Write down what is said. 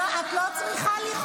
למה את כועסת --- את לא צריכה לכעוס.